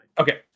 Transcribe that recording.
Okay